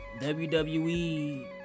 wwe